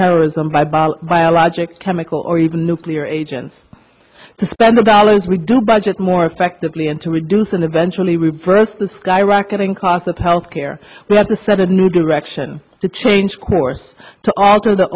terrorism by bomb biological chemical or even nuclear agents to spend the balance we do budget more effectively and to reduce and eventually reverse the skyrocketing cost of health care we have to set a new direction to change course to alter the